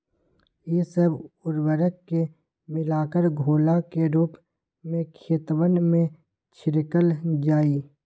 ई सब उर्वरक के मिलाकर घोला के रूप में खेतवन में छिड़कल जाहई